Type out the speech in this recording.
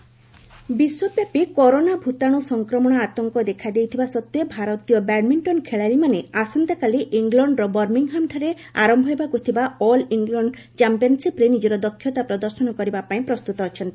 badminton ବିଶ୍ୱବ୍ୟାପୀ corona ଭୂତାଣୁ ସଂକ୍ରମଣ ଆତଙ୍କ ଦେଖାଦେଇଥିବା ସତ୍ତ୍ୱେ ଭାରତୀୟ ବ୍ୟାଡ୍ମିଣ୍ଟନ୍ ଖେଳାଳୀମାନେ ଆସନ୍ତାକାଲି ଇଂଲଣ୍ଡ୍ର ବର୍ମିଙ୍ଗ୍ହାମ୍ଠାରେ ଆରମ୍ଭ ହେବାକୁ ଥିବା ଅଲ୍ ଇଂଲଣ୍ଡ୍ ଚାମ୍ପିୟନ୍ସିପ୍ରେ ନିଜର ଦକ୍ଷତା ପ୍ରଦର୍ଶନ କରିବାପାଇଁ ପ୍ରସ୍ତୁତ ଅଛନ୍ତି